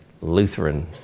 Lutheran